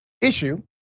issue